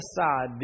aside